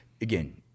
again